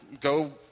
go